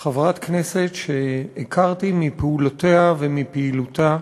חברת כנסת שהכרתי מפעולותיה ומפעילותה,